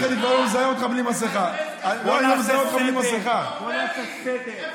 בוא נעשה סדר.